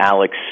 Alex